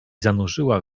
zanurzyła